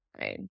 right